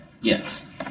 Yes